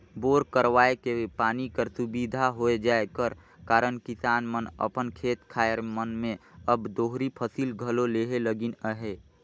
bore करवाए के पानी कर सुबिधा होए जाए कर कारन किसान मन अपन खेत खाएर मन मे अब दोहरी फसिल घलो लेहे लगिन अहे